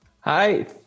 Hi